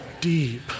deep